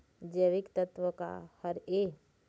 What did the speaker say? जैविकतत्व का हर ए?